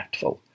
impactful